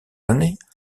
années